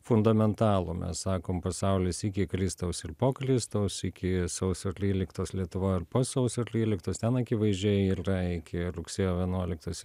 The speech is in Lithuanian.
fundamentalų mes sakom pasaulis iki kristaus ir po kristaus iki sausio tlyliktos lietuvoj ir po sausio tlyliktos ten akivaizdžiai yra iki rugsėjo vienuoliktos